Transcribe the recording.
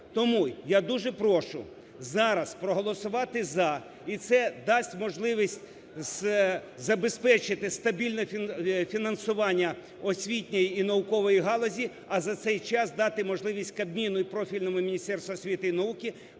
Тому я дуже прошу зараз проголосувати "за", і це дасть можливість забезпечити стабільне фінансування освітньої і наукової галузі. А за цей час дати можливість Кабміну і профільному Міністерству освіти і науки